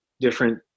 different